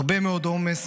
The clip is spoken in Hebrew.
הרבה מאוד עומס.